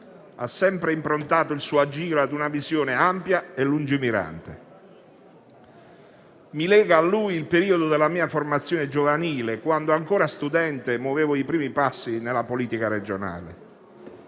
Ha sempre improntato il suo agire a una visione ampia e lungimirante. Mi lega a lui il periodo della mia formazione giovanile quando, ancora studente, muovevo i primi passi nella politica regionale.